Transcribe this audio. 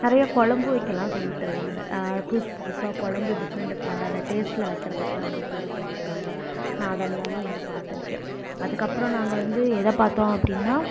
நிறைய கொழம்பு வைக்கலாம் சொல்லி தருவாங்க புதுசு புதுசாக கொழம்பு டிஃப்ரெண்ட் டிஃப்ரெண்டான டேஸ்ட்ல வைக்கிறதுக்குலாம் வந்து சொல்லி தந்திருக்காங்க நான் அதில்லலாம் வந்து பார்த்திருக்கேன் அதுக்கு அப்புறோம் நாங்கள் வந்து எதை பார்த்தோம் அப்படின்னா